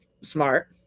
Smart